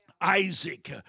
Isaac